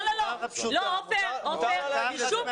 אחת פשוטה --- מותר לה להגיד את זה,